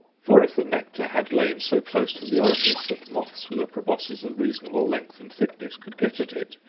for, if the nectar had lain so close to the orifice that moths with a proboscis of reasonable length and thickness could get at it,